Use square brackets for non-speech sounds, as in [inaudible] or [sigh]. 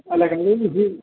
അല്ല [unintelligible]